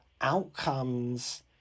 outcomes